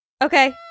Okay